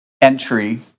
entry